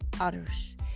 others